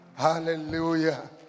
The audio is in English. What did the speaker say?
Hallelujah